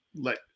Let